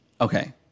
Okay